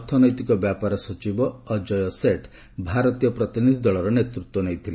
ଅର୍ଥନୈତିକ ବ୍ୟାପାର ସଚିବ ଅଜୟ ସେଠ୍ ଭାରତୀୟ ପ୍ରତିନିଧି ଦଳର ନେତୃତ୍ୱ ନେଇଥିଲେ